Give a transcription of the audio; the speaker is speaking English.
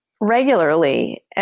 regularly